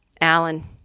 Alan